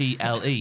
PLE